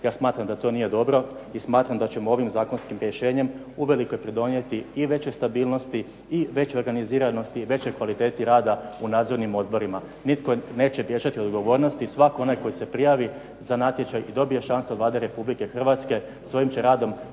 ja smatram da to nije dobro i smatram da ćemo ovim zakonskim rješenjem uvelike pridonijeti i većoj stabilnosti i većoj organiziranosti i većoj kvaliteti rada u nadzornim odborima. Nitko neće bježati od odgovornosti i svak' onaj koji se prijavi za natječaj i dobije šansu od Vlade Republike Hrvatske svojim će radom